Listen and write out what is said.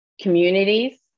communities